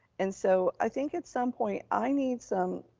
and so i think at some point i need some,